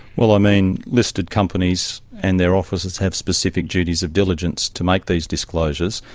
well, i mean, listed companies and their officers have specific duties of diligence to make these disclosures,